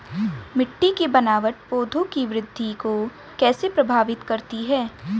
मिट्टी की बनावट पौधों की वृद्धि को कैसे प्रभावित करती है?